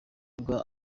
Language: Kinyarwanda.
bwa